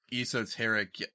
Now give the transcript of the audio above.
esoteric